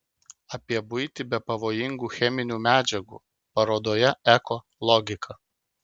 apie buitį be pavojingų cheminių medžiagų parodoje eko logika